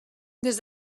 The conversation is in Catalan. des